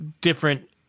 different